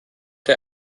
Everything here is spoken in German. der